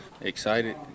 Excited